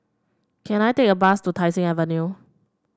can I take a bus to Tai Seng Avenue